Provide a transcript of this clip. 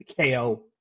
KO